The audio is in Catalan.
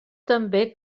també